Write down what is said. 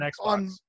on